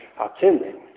attending